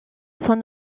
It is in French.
son